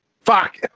fuck